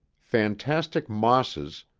fantastic mosses,